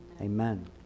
Amen